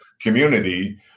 community